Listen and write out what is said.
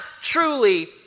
truly